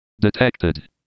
Detected